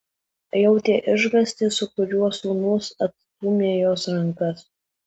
jautė išgąstį su kuriuo sūnus atstūmė jos rankas